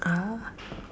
ah